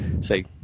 say